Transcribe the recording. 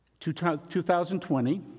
2020